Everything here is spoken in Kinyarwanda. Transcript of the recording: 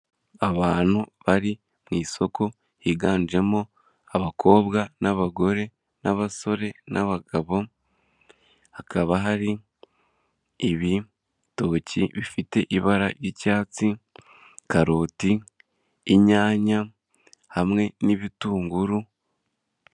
Abantu bari mu isoko higanjemo abakobwa n'abagore, n'abasore, n'abagabo hakaba hari ibitoki bifite ibara ry'icyatsi karoti, inyanya hamwe n'ibitunguru.